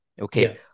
okay